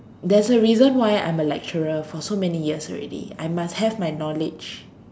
there's a reason why I'm a lecturer for so many years already I must have my knowledge